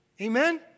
Amen